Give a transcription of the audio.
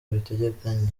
abiteganya